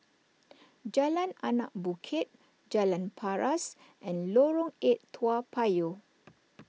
Jalan Anak Bukit Jalan Paras and Lorong eight Toa Payoh